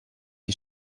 die